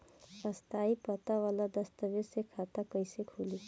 स्थायी पता वाला दस्तावेज़ से खाता कैसे खुली?